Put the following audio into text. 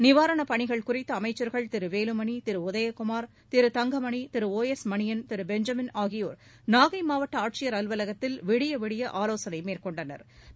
நிவாரணப் பணிகள் குறித்து அமைச்சா்கள் Thiru Velumani Thiru Udhayakumar Thiru Thangamani Thiru O S Manian Thiru Benjamin ஆகியோா் நாகை மாவட்ட ஆட்சியா் அலுவலகத்தில் விடியவிடிய ஆலோசனை மேற்கொண்டனா்